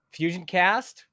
FusionCast